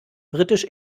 britisch